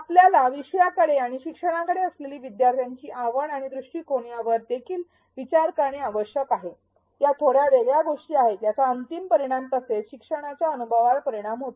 आपल्याला विषयाकडे आणि शिक्षणाकडे असलेली विद्यार्थ्यांची आवड आणि दृष्टिकोण यावर देखील विचार करणे आवश्यक आहेया थोड्या वेगळ्या गोष्टी आहेत आणि याचा अंतिम परिणाम तसेच शिक्षणाच्या अनुभवावर परिणाम होतो